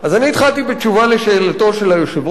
אני התחלתי בתשובה על שאלתו של היושב-ראש,